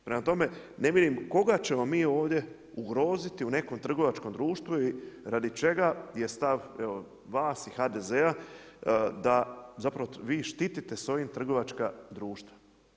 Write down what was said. Prema tome ne vidim koga ćemo mi ovdje ugrozit u nekom trgovačkom društvu i radi čega je stav vas i HDZ-a da zapravo vi štitite s ovim trgovačka društva.